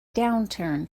downturn